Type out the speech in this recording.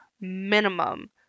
minimum